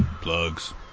Plugs